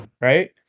right